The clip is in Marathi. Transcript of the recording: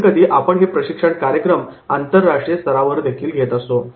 कधी कधी आपण हे प्रशिक्षण कार्यक्रम आंतरराष्ट्रीय स्तरावर देखील घेत असतो